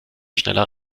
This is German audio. schneller